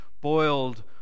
boiled